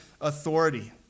authority